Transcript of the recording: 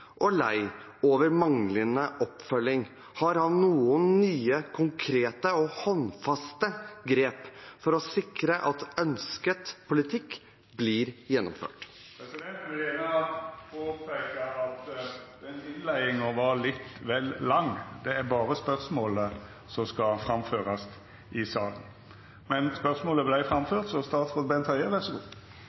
og lei over manglende oppfølging – har han noen nye, konkrete og håndfaste grep for å sikre at ønsket politikk blir gjennomført?» Presidenten vil gjerne påpeika at den innleiinga var litt vel lang. Det er berre spørsmålet som skal framførast i salen. Men spørsmålet vart framført, så statsråd Bent Høie, vær så god.